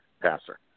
passer